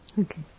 Okay